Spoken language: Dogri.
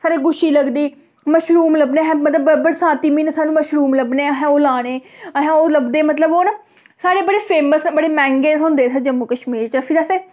साढ़े गुच्छी लगदी मशरूम लगदे अहें मतलब बरसांती म्हीने साढ़े मशरूम लग्गने अहें ओह् लाने अहें ओह् लभदे मतलब ओह् ना साढ़े बड़े फेमस बड़े मैहंगे थ्होंदे जम्मू कश्मीर च फिर असें